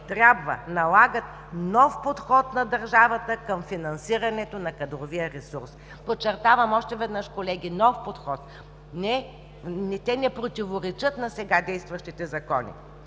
трябва, налагат нов подход на държавата към финансирането на кадровия ресурс. Подчертавам още веднъж, колеги, нов подход. Те не противоречат на сега действащите закони.